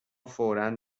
فورا